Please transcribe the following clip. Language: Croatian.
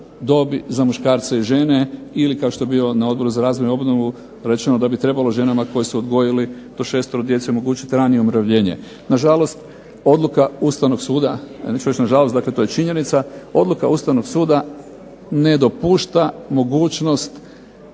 dobi za muškarce i žene ili kao što je bilo na Odbor za obnovu i razvoj rečeno da bi trebalo ženama koje su odgojili do 6 djece omogućiti ranije umirovljenje. Na žalost odluka Ustavnog suda, ja neću reći na žalost jer to je činjenica, odluka Ustavnog suda ne dopušta mogućnost